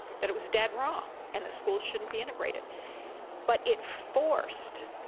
that it was dead wrong and that school shouldn't be integrated but it forced,